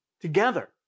together